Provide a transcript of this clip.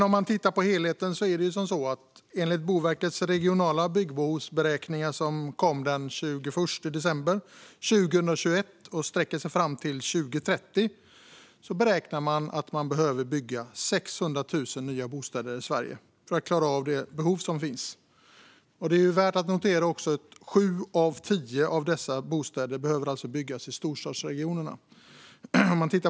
Om man tittar på helheten ser man att det enligt Boverkets regionala byggbehovsberäkningar, som kom den 21 december 2021 och sträcker sig fram till 2030, behöver byggas 600 000 nya bostäder i Sverige för att klara av det behov som finns. Det är också värt att notera att sju av tio av dessa bostäder behöver byggas i storstadsregionerna.